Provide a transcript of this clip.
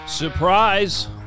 Surprise